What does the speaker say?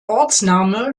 ortsname